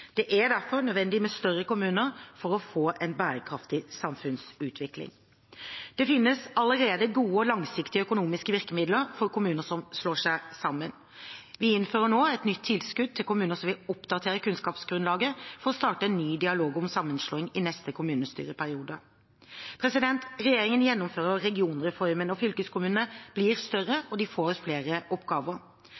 Det er derfor nødvendig med større kommuner for å få en bærekraftig samfunnsutvikling. Det finnes allerede gode og langsiktige økonomiske virkemidler for kommuner som slår seg sammen. Vi innfører nå et nytt tilskudd til kommuner som vil oppdatere kunnskapsgrunnlaget for å starte ny dialog om sammenslåing i neste kommunestyreperiode. Regjeringen gjennomfører regionreformen, og fylkeskommunene blir større